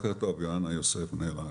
בוקר טוב, יוהנה יוסף, מנהל האגף.